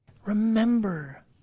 Remember